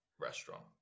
restaurant